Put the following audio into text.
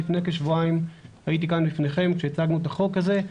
לפני כשבועיים הייתי כאן לפניכם כשהצגנו את החוק הזה,